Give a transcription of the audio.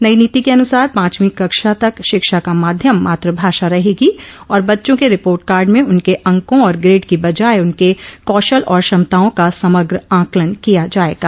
नई नीति के अनुसार पांचवीं कक्षा तक शिक्षा का माध्यम मातृभाषा रहेगी और बच्चों के रिपोर्टकार्ड में उनके अंकों और ग्रेड की बजाए उनके कौशल और क्षमताओं का समग्र आकलन किया जाएगा